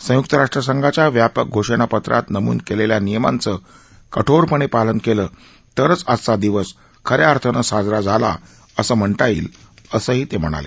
संयुक्त राष्ट्र संघाच्या व्यापक घोषणापत्रात नमूद केलेल्या नियमांचं कठोरपणे पालन केलं तरच आजचा दिवस ख या अर्थानं साजरा झाला आहे असं म्हणता येईल असंही ते म्हणाले